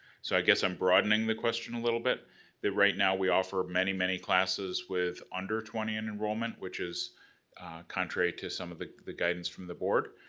so i guess i'm broadening the question a little bit that right now we offer many, many classes with under twenty in enrollment, which is contrary to some of the the guidance from the board.